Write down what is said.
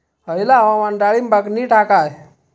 हयला हवामान डाळींबाक नीट हा काय?